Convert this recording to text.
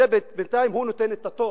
בינתיים הוא נותן את הטון,